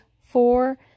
four